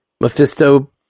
Mephisto